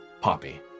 Poppy